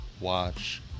watch